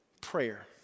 prayer